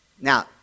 Now